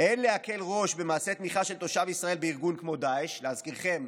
"אין להקל ראש במעשה תמיכה של תושב ישראל בארגון כמו דאעש" להזכירכם,